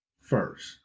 first